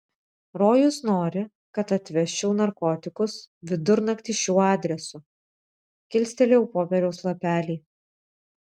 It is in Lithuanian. rojus nori kad atvežčiau narkotikus vidurnaktį šiuo adresu kilstelėjau popieriaus lapelį